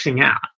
out